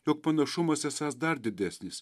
jog panašumas esąs dar didesnis